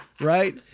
right